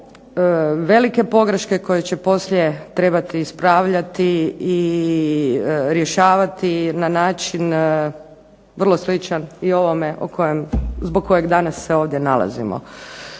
velike pogreške koje će poslije trebati ispravljati i rješavati na način vrlo sličan i ovome zbog kojeg danas se ovdje nalazimo.